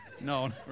No